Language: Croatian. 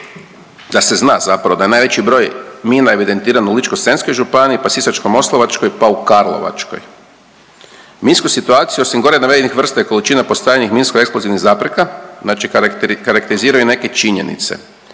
da se zna zapravo da najveći broj mina je evidentirano u Ličko-senjskoj županiji, pa Sisačko-moslavačkoj pa u Karlovačkoj. Minsku situaciju, osim gore navedenih vrsta i količina postavljenih minsko-eksplozivnih zapreka, znači karakteriziraju i neke činjenice,